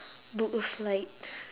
book a flight